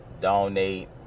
donate